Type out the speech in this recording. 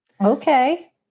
Okay